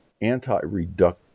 anti-reduct